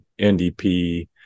NDP